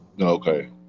Okay